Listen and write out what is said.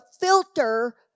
filter